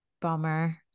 bummer